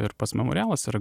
ir pats memorialas ir